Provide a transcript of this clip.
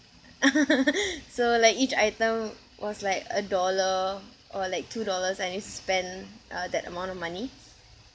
so like each item was like a dollar or like two dollars and you spend uh that amount of money